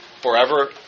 forever